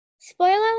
Spoiler